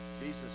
Jesus